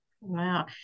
Wow